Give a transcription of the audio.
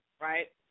right